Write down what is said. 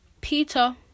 Peter